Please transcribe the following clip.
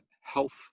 health